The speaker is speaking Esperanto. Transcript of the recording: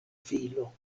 filo